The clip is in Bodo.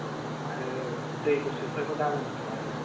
औ औ आरो दै गुसुफोरखौ दालोंथ' आरोना